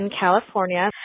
California